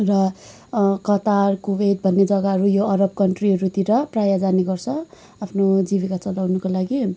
र Qatar Kuwait भन्ने जग्गाहरू यो अरब कन्ट्रीहरूतिर प्राय जाने गर्छ आफ्नो जीविका चलाउनुको लागि